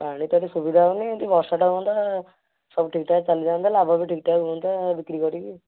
ପାଣି ତ ଏଠି ସୁବିଧା ହେଉନି ଯଦି ବର୍ଷାଟା ହୁଅନ୍ତା ସବୁ ଠିକ୍ଠାକ୍ ଚାଲିଯାଆନ୍ତା ଲାଭ ବି ଠିକ୍ଠାକ୍ ହୁଅନ୍ତା ଆଉ ବିକ୍ରି କରିକି